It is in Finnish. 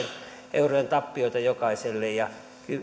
eurojen tappioita jokaiselle ja